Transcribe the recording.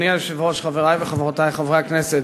חברי הכנסת,